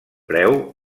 preu